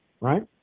right